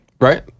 Right